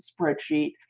spreadsheet